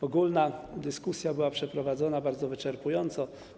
Ogólna dyskusja była przeprowadzona bardzo wyczerpująco.